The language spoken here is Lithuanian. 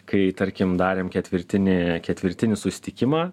kai tarkim darėm ketvirtinį ketvirtinį susitikimą